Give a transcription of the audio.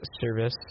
Service